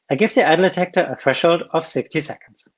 i gave the idle detector a threshold of sixty seconds.